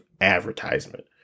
advertisement